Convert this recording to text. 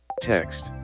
Text